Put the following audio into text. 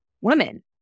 women